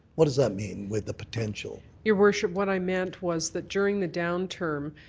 what does that mean with the potential? your worship, what i meant was that during the down turn,